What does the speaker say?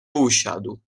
usiadł